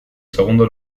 segundo